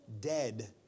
dead